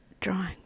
drawing